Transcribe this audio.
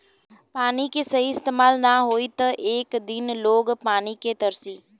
पानी के सही इस्तमाल ना होई त एक दिन लोग पानी के तरसी